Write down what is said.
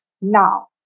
now